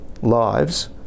lives